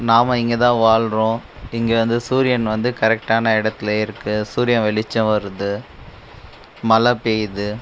நாம் இங்கே தான் வாழ்கிறோம் இங்கே வந்து சூரியன் வந்து கரெக்டான இடத்துல இருக்கு சூரிய வெளிச்சம் வருது மழை பெய்யுது